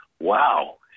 wow